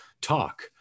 talk